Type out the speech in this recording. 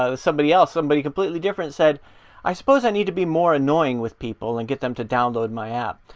so somebody else, somebody completely different, said i suppose i need to be more annoying with people and get them to download my app.